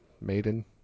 Maiden